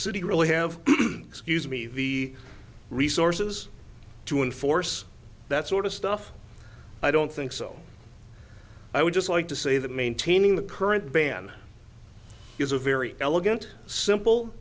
city really have excuse me the resources to enforce that sort of stuff i don't think so i would just like to say that maintaining the current ban is a very elegant simple